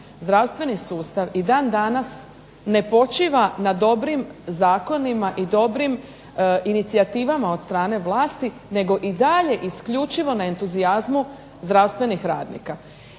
zdravstveni sustav i dan danas ne počiva na dobrim zakonima i dobrim inicijativama od strane vlasti nego i dalje isključivo na entuzijazmu zdravstvenih radnika.